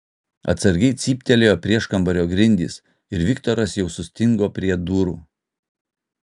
atsargiai cyptelėjo prieškambario grindys ir viktoras jau sustingo prie durų